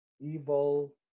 evil